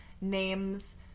names